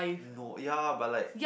no ya but like